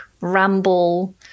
ramble